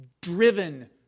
driven